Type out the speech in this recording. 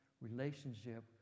relationship